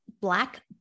black